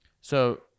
So-